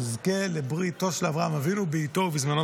שיזכה לבריתו של אברהם אבינו בעיתו ובזמנו,